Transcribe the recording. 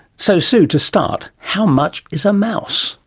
so sue, to start, how much is a mouse?